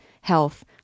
health